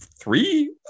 three